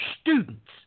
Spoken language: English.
students